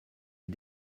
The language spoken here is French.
est